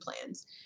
plans